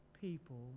people